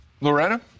Loretta